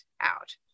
out